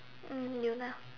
mm Yoona